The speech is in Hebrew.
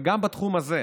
וגם בתחום הזה.